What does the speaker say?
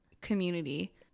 community